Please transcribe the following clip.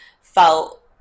felt